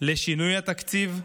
לשינוי התקציב,